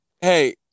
Hey